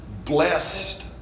Blessed